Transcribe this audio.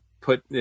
put